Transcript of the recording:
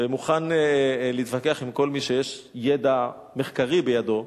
ומוכן להתווכח עם כל מי שידע מחקרי בידו: